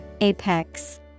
Apex